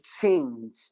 change